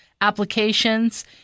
applications